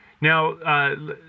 Now